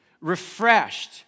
refreshed